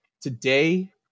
today